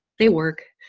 they work,